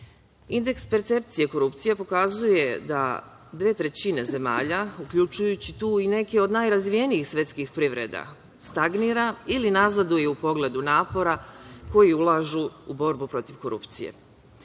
percepcije korupcije pokazuje da dve trećine zemalja, uključujući tu i neke od najrazvijenijih svetskih privreda stagnira ili nazaduje u pogledu napora koji ulažu u borbu protiv korupcije. Stoga